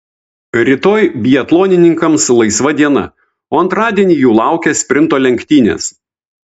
rytoj biatlonininkams laisva diena o antradienį jų laukia sprinto lenktynės